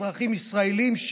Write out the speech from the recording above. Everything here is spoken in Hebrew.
אזרחים ישראלים,